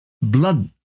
blood